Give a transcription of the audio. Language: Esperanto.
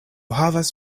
havas